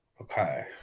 Okay